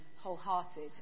wholehearted